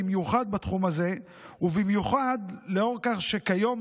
במיוחד בתחום הזה ובמיוחד לאור כך שכיום,